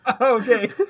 okay